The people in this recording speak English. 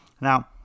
now